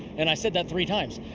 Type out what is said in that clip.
and i said that three times.